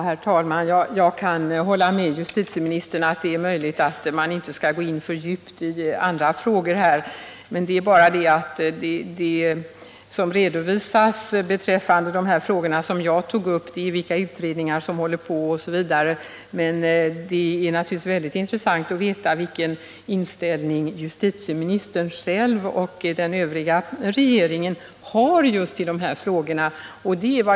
Herr talman! Jag kan hålla med justitieministern om att det är möjligt att man inte skall gå in för djupt i alla frågor här. Vad beträffar de frågor som jag tog upp har justitieministern redovisat vilka utredningar som pågår, osv. Men det är naturligtvis intressant att veta vilken inställning justitieministern själv och den övriga regeringen har i dessa frågor.